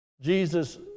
Jesus